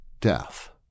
death